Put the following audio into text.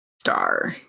star